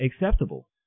acceptable